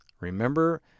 Remember